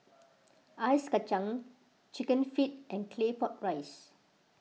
Ice Kacang Chicken Feet and Claypot Rice